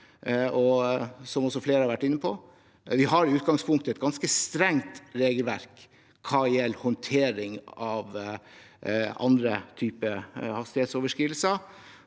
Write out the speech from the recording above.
Som flere vært inne på: Vi har i utgangspunktet et ganske strengt regelverk hva gjelder håndtering av andre typer hastighetsoverskridelser.